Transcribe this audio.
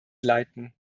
leiten